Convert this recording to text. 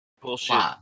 bullshit